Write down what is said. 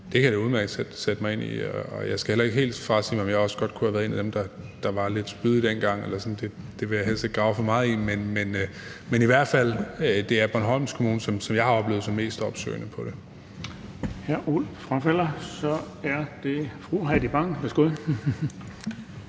Det kan jeg da udmærket sætte mig ind i. Og jeg skal ikke helt frasige mig, at jeg også godt kunne have været en af dem, der var lidt spydig dengang. Men det vil jeg helst ikke grave for meget i. Men det er i hvert fald Bornholms Regionskommune, som jeg har oplevet som mest opsøgende i den